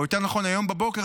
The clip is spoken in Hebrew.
או יותר נכון היום בבוקר,